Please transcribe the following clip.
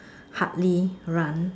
hardly run